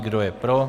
Kdo je pro?